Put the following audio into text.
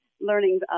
learning